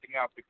out